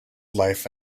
life